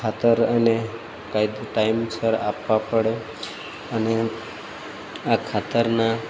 ખાતર અને કાયતો ટાઈમસર આપવા પડે અને આ ખાતરના